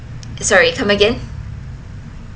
sorry come again